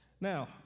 Now